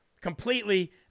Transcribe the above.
completely